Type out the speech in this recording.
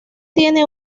tiene